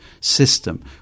system